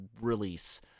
release